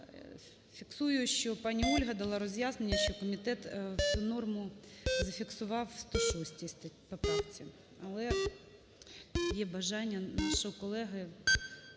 Фіксую, що пані Ольга дала роз'яснення, що комітет цю норму зафіксував в 106 поправці, але є бажання нашого колеги…